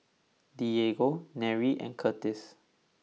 Diego Nery and Curtiss